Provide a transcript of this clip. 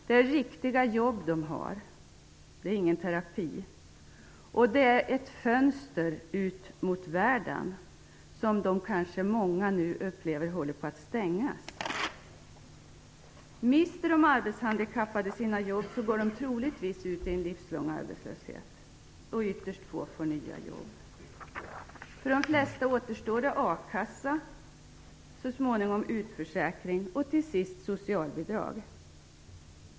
De har riktiga jobb, det är ingen terapi. Jobbet är ett fönster ut mot världen som dessa personer nu upplever håller på att stängas. Mister de arbetshandikappade sina jobb går de troligtvis ut i en livslång arbetslöshet. Ytterst få får nya jobb. För de flesta återstår det a-kassa, så småningom utförsäkring och till sist socialbidrag.